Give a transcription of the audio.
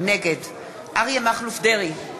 נגד אריה מכלוף דרעי,